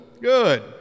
Good